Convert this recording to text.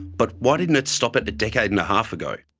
but why didn't it stop it a decade and a half ago?